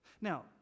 Now